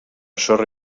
sorra